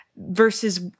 versus